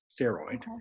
steroid